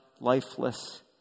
lifeless